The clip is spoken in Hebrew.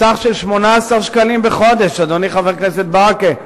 בסך 18 שקלים בחודש, אדוני, חבר הכנסת ברכה,